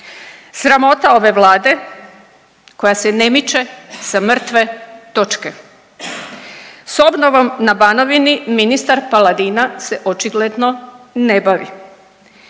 Sramota ove vlade koja se ne miče sa mrtve točke. S obnovom na Banovini ministar Paladina se očigledno ne bavi,